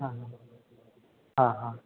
हां हां हां हां